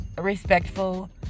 Respectful